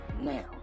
Now